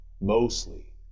mostly